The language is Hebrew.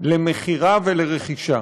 למכירה ולרכישה,